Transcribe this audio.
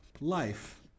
life